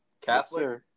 Catholic